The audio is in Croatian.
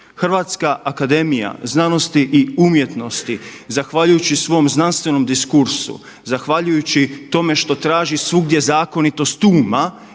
kozmosu je govor znanosti i govor umjetnosti. HAZU zahvaljujući svom znanstvenom diskursu zahvaljujući tome što traži svugdje zakonitost uma